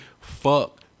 Fuck